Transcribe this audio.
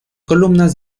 columnas